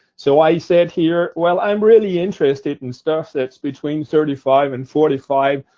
so, i said, here, well, i'm really interested in stuff that's between thirty five and forty five